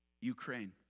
Ukraine